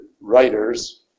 writers